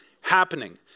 happening